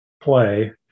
play